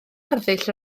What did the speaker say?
arddull